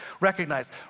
recognize